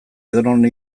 edonon